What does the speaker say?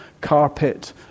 carpet